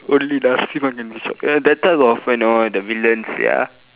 only narasimha can be shot ya that type of you know the villains ya